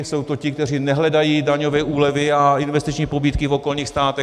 Jsou to ti, kteří nehledají daňové úlevy a investiční pobídky v okolních státech.